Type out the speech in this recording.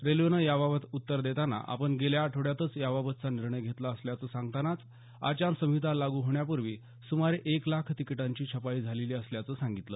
रेल्वेनं याबाबत उत्तर देताना आपण गेल्या आठवड्यातच या बाबतचा निर्णय घेतला असल्याचं सांगतानाच आचारसंहिता लागू होण्यापूर्वी सुमारे एक लाख तिकीटांची छपाई झालेली असल्याचं सांगितलं